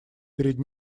перед